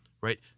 Right